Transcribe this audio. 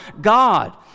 God